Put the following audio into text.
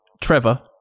trevor